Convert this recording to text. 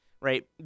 Right